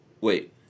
Wait